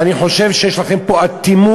ואני חושב שיש לכם פה אטימות,